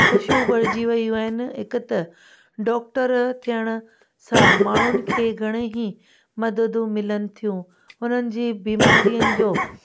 ख़ुशियूं भरिजी वयूं आहिनि हिकु त डॉक्टर थियण सां माण्हुनि खे घणेई मददूं मिलनि थियूं उन्हनि जी बीमारियुनि जो